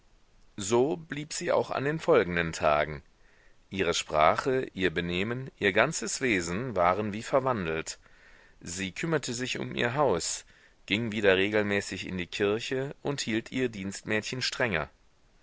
so blieb sie auch an den folgenden tagen ihre sprache ihr benehmen ihr ganzes wesen waren wie verwandelt sie kümmerte sich um ihr haus ging wieder regelmäßig in die kirche und hielt ihr dienstmädchen strenger